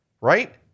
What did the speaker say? Right